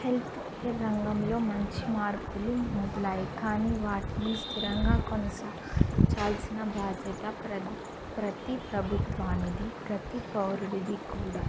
healthcare రంగంలో మంచి మార్పులు మొదలయి కానీ వాటిని స్థిరంగా కొనసాంచేల్సిన బాధ్యత ప్రతి ప్రతి ప్రభుత్వానిది ప్రతి పౌరుడిది కూడా